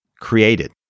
created